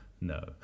no